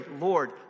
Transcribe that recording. Lord